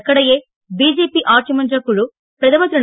இதற்கிடையே பிஜேபி ஆட்சிமன்றக் குழு பிரதமர் திரு